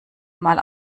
mal